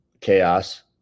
Chaos